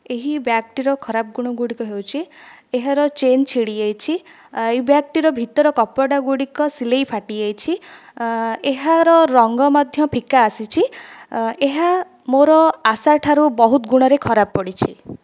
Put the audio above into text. ଏହି ବ୍ୟାଗ୍ଟିର ଖରାପ ଗୁଣଗୁଡ଼ିକ ହେଉଛି ଏହାର ଚେନ୍ ଛିଣ୍ଡିଯାଇଛି ଏଇ ବ୍ୟାଗ୍ଟିର ଭିତରେ କପଡ଼ାଗୁଡ଼ିକର ସିଲେଇ ଫାଟିଯାଇଛି ଏହାର ରଙ୍ଗ ମଧ୍ୟ ଫିକା ଆସିଛି ଏହା ମୋର ଆଶାଠାରୁ ବହୁତ ଗୁଣରେ ଖରାପ ପଡ଼ିଛି